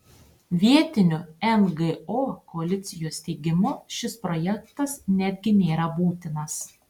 vietinių ngo koalicijos teigimu šis projektas netgi nėra būtinas